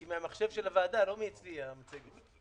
היא מהחשב של הוועדה, לא מאצלי, המצגת.